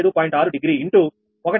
6 degree into 1